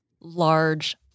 large